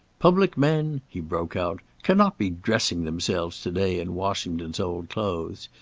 public men, he broke out, cannot be dressing themselves to-day in washington's old clothes.